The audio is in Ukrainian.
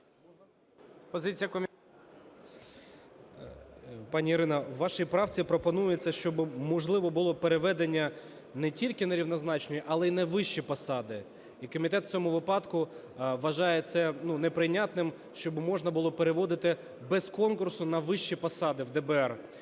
Пані Ірино, у вашій правці пропонується, щоб можливо було переведення не тільки на рівнозначні, але й на вищі посади. І комітет в цьому випадку вважає це неприйнятним, щоб можна було переводити без конкурсу на вищі посади в ДБР.